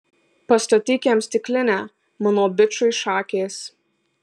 pastatyk jam stiklinę mano bičui šakės